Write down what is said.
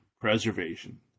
preservation